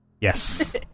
Yes